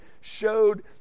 showed